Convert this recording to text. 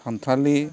सानथालि